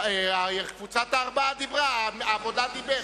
קבוצת הארבעה דיברה, העבודה דיברה.